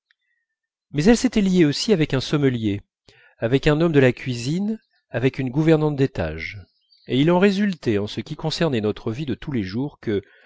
mais elle s'était liée aussi avec un sommelier avec un homme de la cuisine avec une gouvernante d'étage et il en résultait en ce qui concernait notre vie de tous les jours que